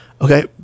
okay